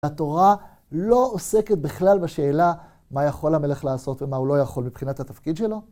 התורה לא עוסקת בכלל בשאלה מה יכול המלך לעשות ומה הוא לא יכול מבחינת התפקיד שלו.